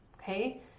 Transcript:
okay